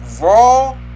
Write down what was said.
Raw